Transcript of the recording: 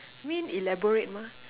I mean elaborate mah